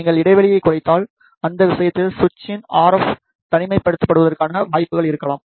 நீங்கள் இடைவெளியைக் குறைத்தால் அந்த விஷயத்தில் சுவிட்சின் ஆர்எஃப் தனிமைப்படுத்தப்படுவதற்கான வாய்ப்புகள் இருக்கலாம்